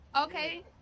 Okay